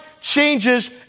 changes